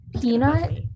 peanut